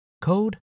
code